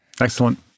Excellent